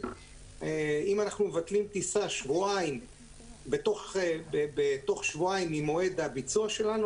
אם אנחנו מבטלים טיסה בתוך שבועיים ממועד הביצוע שלנו,